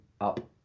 up